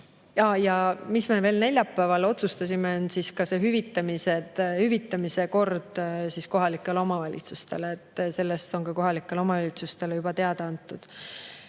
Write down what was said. ja mis me veel neljapäeval otsustasime, on hüvitamise kord kohalikele omavalitsustele. Sellest on kohalikele omavalitsustele juba teada antud.